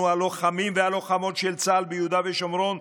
הלוחמים והלוחמות של צה"ל ביהודה ושומרון,